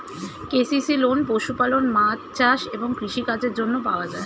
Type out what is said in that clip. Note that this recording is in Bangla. কে.সি.সি লোন পশুপালন, মাছ চাষ এবং কৃষি কাজের জন্য পাওয়া যায়